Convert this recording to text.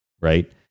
right